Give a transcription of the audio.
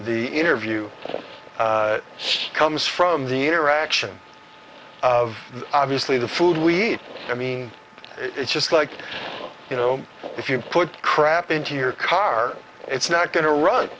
the interview he comes from the interaction of obviously the food we eat i mean it's just like you know if you put crap into your car it's not go